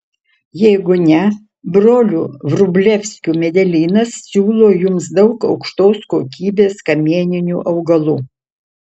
jeigu ne brolių vrublevskių medelynas siūlo jums daug aukštos kokybės kamieninių augalų